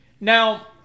Now